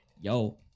yo